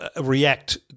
react